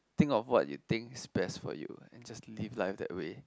think of what you think is best for you and just live life that way